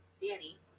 Danny